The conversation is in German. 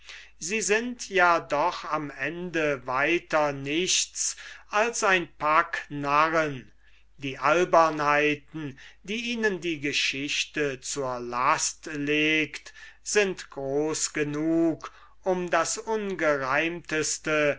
sie sind ja doch am ende weiter nichts als ein pack narren die albernheiten die ihnen die geschichte zur last legt sind groß genug um das ungereimteste